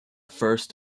first